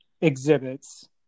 exhibits